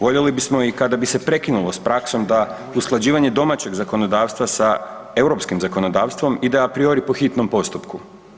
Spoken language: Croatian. Voljeli bismo i kada bi se prekinulo s praksom da usklađivanje domaćeg zakonodavstva sa europskim zakonodavstvom ide apriori po hitnom postupku.